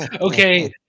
okay